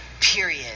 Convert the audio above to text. period